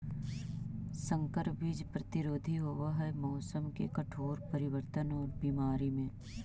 संकर बीज प्रतिरोधी होव हई मौसम के कठोर परिवर्तन और बीमारी में